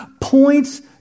points